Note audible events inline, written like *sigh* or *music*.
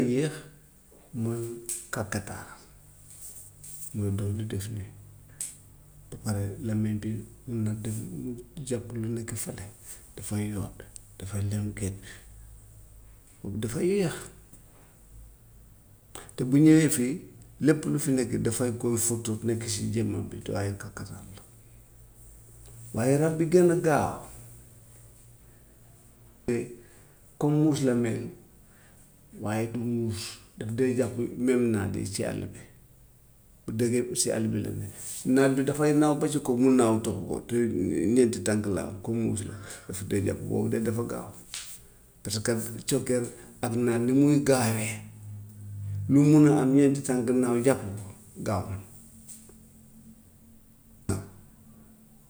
Yéex muy *noise* kakataar *noise* mooy dox di def nii *noise* waaye làmmeñ bi mun na tegu mu jàpp lu nekk fële dafay yoot, dafay lem geen, kooku dafa yéex te bu ñëwee fii lépp lu fi nekk dafay koy foto nekk si jëmmam bi du waaye kakataar la. Waaye rab bi gën a gaaw te comme muus la mel waaye du muus daf dee jàpp même naat yi ci àll bi lu dee ëpp si àll bi la ne *noise* naat bi dafay naaw ba si kaw mu naaw topp ko te *hesitation* ñeenti tànk la am comme muus *noise* la daf dee jàpp boobu de dafa gaaw, *noise* parce que cokkeer ak naat ni muy gaawee lu mun a am ñeenti tànk naaw jàpp ko gaaw na. *noise*